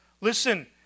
Listen